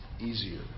easier